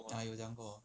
有讲过